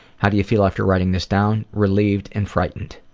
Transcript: how do you feel after writing this down relieved and frightened,